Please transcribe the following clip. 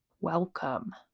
Welcome